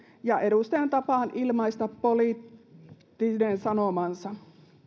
ja edustajan tapaan ilmaista poliittinen sanomansa